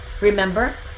remember